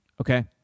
okay